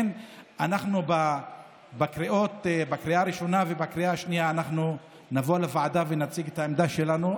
אנחנו בקריאה הראשונה ובקריאה השנייה נבוא לוועדה ונציג את העמדה שלנו,